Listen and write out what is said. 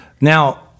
Now